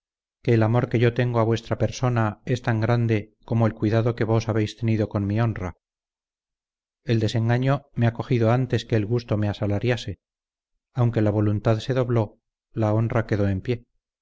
que el amor que yo tengo a vuestra persona es tan grande como el cuidado que vos habéis tenido con mi honra el desengaño me ha cogido antes que el gusto me asalariase aunque la voluntad se dobló la honra quedó en pie